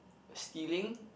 stealing